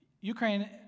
Ukraine